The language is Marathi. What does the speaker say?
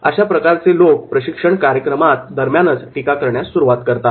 अशा प्रकारचे लोक प्रशिक्षण कार्यक्रमात दरम्यानच टीका करण्यास सुरुवात करतात